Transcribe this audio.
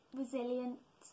resilient